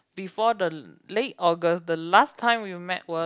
before the late August the last time we met were